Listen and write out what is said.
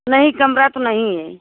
नहीं कमरा तो नहीं है